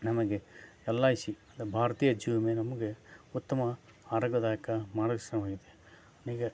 ನಮಗೆ L I C ದ ಭಾರತೀಯ ಜೀವ ವಿಮೆ ನಮಗೆ ಉತ್ತಮ ಆರೋಗ್ಯದಾಯಕ ಮಾರ್ಗದರ್ಶನವಾಗಿದೆ ನಮಗೆ